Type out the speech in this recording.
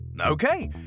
Okay